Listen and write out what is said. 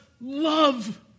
love